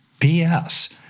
bs